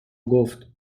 گفت